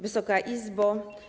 Wysoka Izbo!